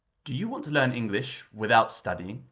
do you want to learn english without studying?